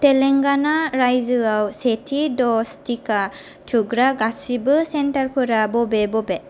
तेलेंगाना रायजोआव सेथि द'ज टिका थुग्रा गासैबो सेन्टारफोरा बबे बबे